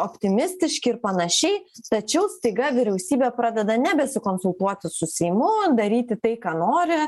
optimistiški ir panašiai tačiau staiga vyriausybė pradeda nebesikonsultuoti su seimu daryti tai ką nori